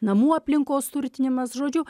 namų aplinkos turtinimas žodžiu